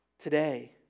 today